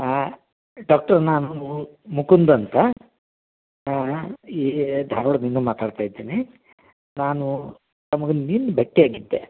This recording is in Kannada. ಡಾಕ್ಟರ್ ನಾನು ಮುಕುಂದ್ ಅಂತ ಏಯ್ ಧಾರವಾಡದಿಂದ ಮಾತಾಡ್ತಾ ಇದ್ದೀನಿ ನಾನು ತಮ್ಗೆ ನಿನ್ನೆ ಭೇಟಿಯಾಗಿದ್ದೆ